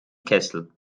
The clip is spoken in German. kessel